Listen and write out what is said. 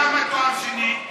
כמה תואר שני?